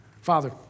Father